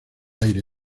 aire